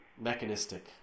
mechanistic